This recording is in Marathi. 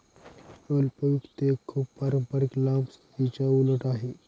अल्प वित्त एक खूप पारंपारिक लांब स्थितीच्या उलट आहे